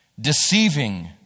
deceiving